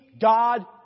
God